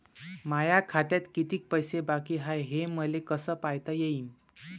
माया खात्यात कितीक पैसे बाकी हाय हे मले कस पायता येईन?